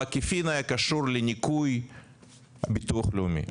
בעקיפין, לניכוי הביטוח הלאומי.